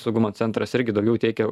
saugumo centras irgi daugiau teikia